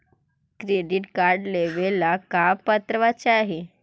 Credit card लेवेला का पात्रता चाही?